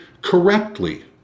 correctly